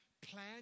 Plan